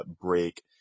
break